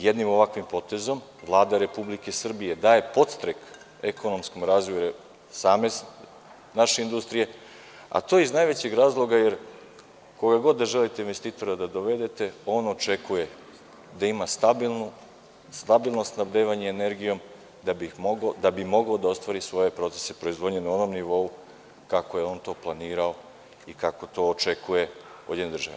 Jednim ovakvim potezom Vlada Republike Srbije daje podstrek ekonomskom razvoju same naše industrije, a to iz najvećeg razloga jer, koga kod da želite investitora da dovedete, on očekuje da ima stabilno snabdevanje energijom, da bi mogao da ostvari svoje procese proizvodnje na onom nivou kako je on to planirao i kako on to očekuje od jedne države.